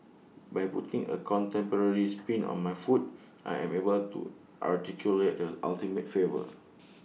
by putting A contemporary spin on my food I am able to articulate the ultimate flavour